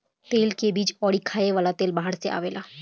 तेल के बीज अउरी खाए वाला तेल बाहर से आवेला